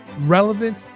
relevant